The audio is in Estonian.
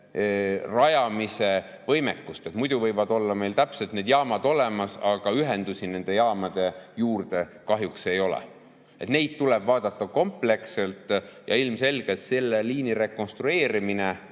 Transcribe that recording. rajamise võimekust. Muidu võivad meil täpselt need [soovitud] jaamad olemas olla, aga ühendusi nende jaamade juurde kahjuks ei ole. Neid asju tuleb vaadata kompleksselt ja ilmselgelt selle liini rekonstrueerimine,